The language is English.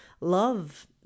love